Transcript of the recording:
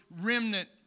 remnant